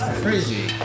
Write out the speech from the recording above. crazy